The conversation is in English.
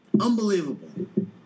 Unbelievable